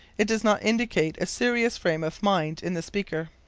it does not indicate a serious frame of mind in the speaker.